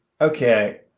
Okay